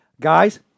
guys